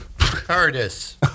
Curtis